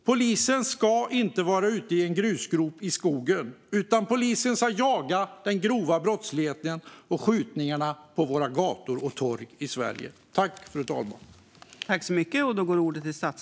Polisen ska inte vara i en grusgrop ute i skogen, utan polisen ska jaga de grova brottslingarna och bekämpa skjutningarna på våra gator och torg i Sverige.